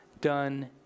done